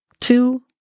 two